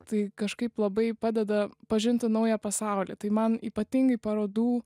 tai kažkaip labai padeda pažinti naują pasaulį tai man ypatingai parodų